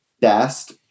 best